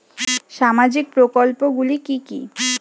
সামাজিক প্রকল্প গুলি কি কি?